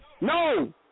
No